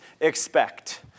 expect